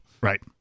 Right